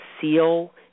seal